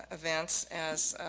events as